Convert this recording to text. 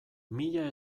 mila